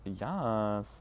yes